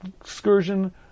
excursion